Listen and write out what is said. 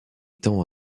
tend